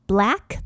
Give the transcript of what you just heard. Black